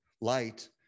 light